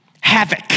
Havoc